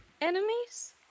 Enemies